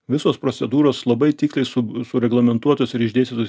visos procedūros labai tiksliai su sureglamentuotos ir išdėstytos